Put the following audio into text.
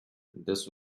this